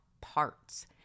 parts